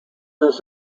this